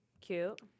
cute